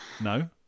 No